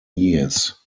years